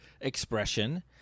expression